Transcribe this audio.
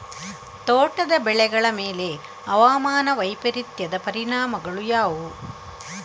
ತೋಟದ ಬೆಳೆಗಳ ಮೇಲೆ ಹವಾಮಾನ ವೈಪರೀತ್ಯದ ಪರಿಣಾಮಗಳು ಯಾವುವು?